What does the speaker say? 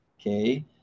Okay